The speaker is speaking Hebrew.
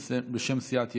בשם סיעת ימינה,